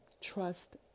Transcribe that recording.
trust